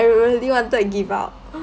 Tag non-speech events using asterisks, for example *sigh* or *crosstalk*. I really wanted to give up *breath*